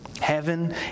Heaven